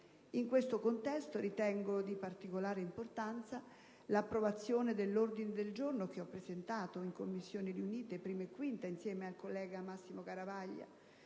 In questo contesto ritengo di particolare importanza l'approvazione dell'ordine del giorno che ho presentato in Commissioni riunite 1a e 5a insieme al collega Massimo Garavaglia,